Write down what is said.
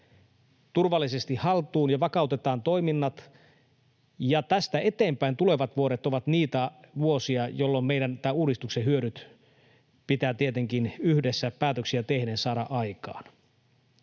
turvallisesti haltuun ja vakautetaan. Ja tästä eteenpäin tulevat vuodet ovat niitä vuosia, jolloin meidän pitää uudistuksen hyödyt, tietenkin yhdessä päätöksiä tehden, saada aikaan.